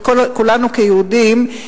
כולנו כיהודים,